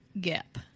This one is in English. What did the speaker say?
gap